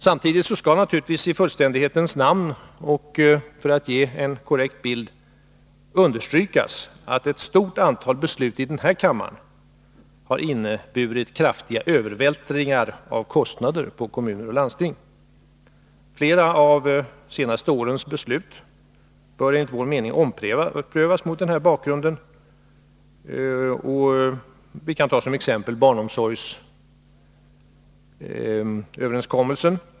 Samtidigt skall naturligtvis i fullständighetens och korrekthetens namn understrykas att ett stort antal beslut i denna kammare har inneburit kraftiga övervältringar av kostnader på kommuner och landsting. Mot denna bakgrund bör, enligt vår mening, flera av de senaste årens beslut omprövas. Som exempel kan nämnas barnomsorgsöverenskommelsen.